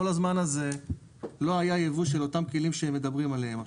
כל הזמן לא היה ייבוא של אותם כלים שמדברים עליהם.